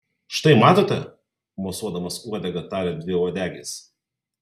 štai matote mosuodamas uodega tarė dviuodegis